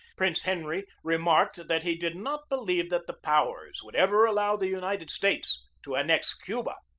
prince henry remarked that he did not believe that the powers would ever allow the united states to annex cuba.